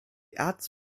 ads